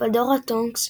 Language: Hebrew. נימפדורה טונקס,